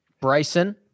Bryson